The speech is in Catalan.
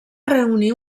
reunir